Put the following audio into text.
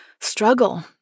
struggle